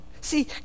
See